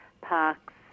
parks